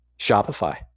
Shopify